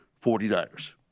49ers